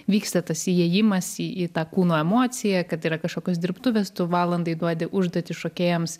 vyksta tas įėjimas į į tą kūno emociją kad yra kažkokios dirbtuvės tu valandai duodi užduotį šokėjams